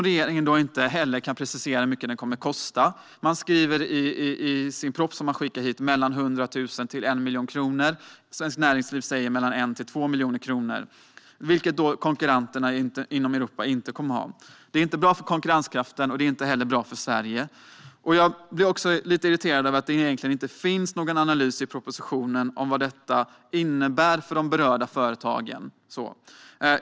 Regeringen kan inte heller precisera hur mycket detta kommer att kosta. I propositionen anger man mellan 100 000 kronor och 1 miljon kronor. Enligt Svenskt Näringsliv uppgår kostnaden till mellan 1 och 2 miljoner kronor, vilket konkurrenterna i Europa inte behöver betala. Det är inte bra för konkurrenskraften och det är inte heller bra för Sverige. Det gör mig också lite irriterad att det inte finns någon analys i propositionen av vad detta innebär för de berörda företagen.